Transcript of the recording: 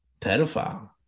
pedophile